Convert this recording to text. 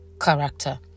character